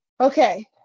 Okay